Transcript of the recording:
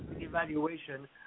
evaluation